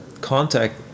contact